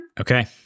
Okay